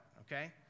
okay